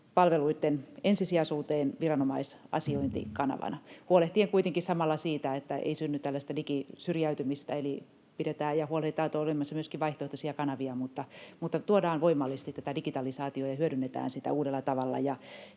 palveluitten ensisijaisuuteen viranomaisasiointikanavana huolehtien kuitenkin samalla siitä, että ei synny tällaista digisyrjäytymistä, eli huolehditaan, että on olemassa myöskin vaihtoehtoisia kanavia, mutta tuodaan voimallisesti tätä digitalisaatiota ja hyödynnetään sitä uudella tavalla.